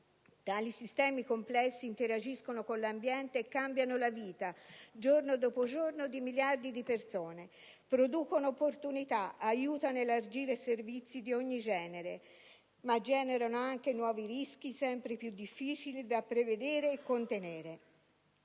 Tali sistemi complessi interagiscono con l'ambiente e cambiano la vita, giorno dopo giorno, di miliardi di persone: producono opportunità, aiutano ad elargire servizi di ogni genere, ma generano anche nuovi rischi sempre più difficili da prevedere e contenere.